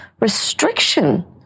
restriction